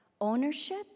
ownership